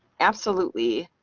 absolutely,